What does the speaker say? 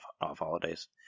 off-holidays